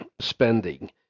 spending